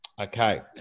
Okay